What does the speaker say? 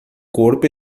corpo